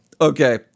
okay